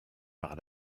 par